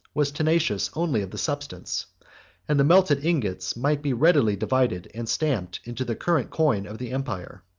was tenacious only of the substance and the melted ingots might be readily divided and stamped into the current coin of the empire.